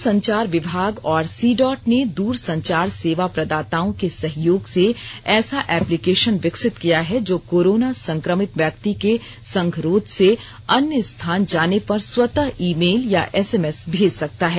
द्रसंचार विभाग और सी डॉट ने द्रसंचार सेवा प्रदाताओं के सहयोग से ऐसा एप्लीकेशन विकसित किया है जो कोरोना संक्रमित व्यक्ति के संगरोध से अन्य स्थान जाने पर स्वतः ईमेल या एसएमएस भेज सकता है